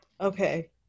Okay